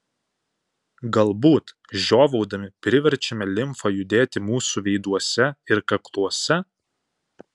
galbūt žiovaudami priverčiame limfą judėti mūsų veiduose ir kakluose